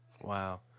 Wow